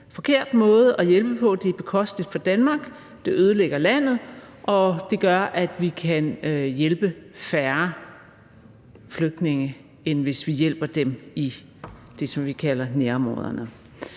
forkert måde at hjælpe på. Det er bekosteligt for Danmark, det ødelægger landet, og det gør, at vi kan hjælpe færre flygtninge, end hvis vi hjælper dem i det, som vi kalder nærområderne.